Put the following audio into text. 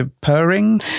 Purring